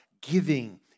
giving